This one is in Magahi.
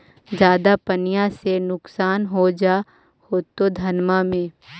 ज्यादा पनिया से तो नुक्सान हो जा होतो धनमा में?